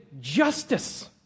justice